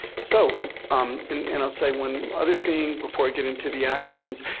so um and and i'll say one other thing before we get into the actions.